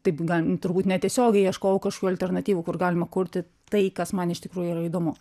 taip gan turbūt netiesiogiai ieškojau kažkokių alternatyvų kur galima kurti tai kas man iš tikrųjų yra įdomu